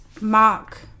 Mark